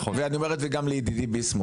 ואני אומר את זה גם לידידי ביסמוט.